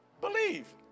Believe